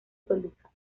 toluca